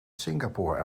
singapore